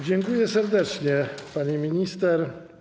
Dziękuję serdecznie, pani minister.